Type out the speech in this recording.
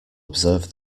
observe